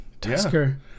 Tusker